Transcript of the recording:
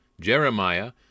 Jeremiah